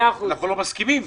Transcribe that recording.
אמנם אנחנו לא מסכימים.